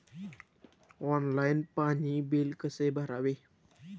Online पाणी bill कसे भरावे?